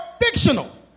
fictional